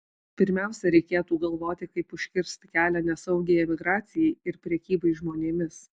pirmiausia reikėtų galvoti kaip užkirsti kelią nesaugiai emigracijai ir prekybai žmonėmis